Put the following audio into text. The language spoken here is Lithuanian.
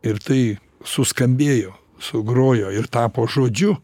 ir tai suskambėjo sugrojo ir tapo žodžiu